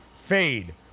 fade